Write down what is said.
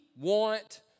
want